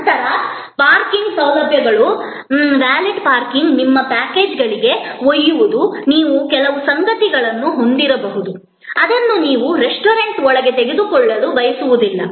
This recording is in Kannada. ನಂತರ ಪಾರ್ಕಿಂಗ್ ಸೌಲಭ್ಯಗಳು ವ್ಯಾಲೆಟ್ ಪಾರ್ಕಿಂಗ್ ನಿಮ್ಮ ಪ್ಯಾಕೇಜ್ಗಳಿಗೆ ಒಯ್ಯುವುದು ನೀವು ಕೆಲವು ಸಂಗತಿಗಳನ್ನು ಹೊಂದಿರಬಹುದು ಅದನ್ನು ನೀವು ರೆಸ್ಟೋರೆಂಟ್ ಒಳಗೆ ತೆಗೆದುಕೊಳ್ಳಲು ಬಯಸುವುದಿಲ್ಲ